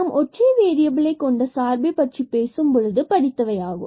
நாம் ஒற்றை வேறியபிளைக் கொண்ட சார்பை பற்றிப் பேசும் பொழுது படித்தவை ஆகும்